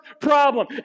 problem